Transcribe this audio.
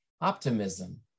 optimism